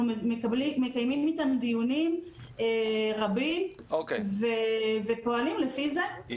אנחנו מקיימים איתם דיונים רבים ופועלים לפי זה,